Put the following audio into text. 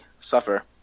suffer